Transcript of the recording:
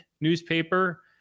newspaper